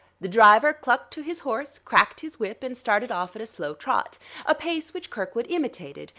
the driver clucked to his horse, cracked his whip, and started off at a slow trot a pace which kirkwood imitated,